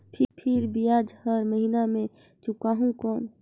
फिर ब्याज हर महीना मे चुकाहू कौन?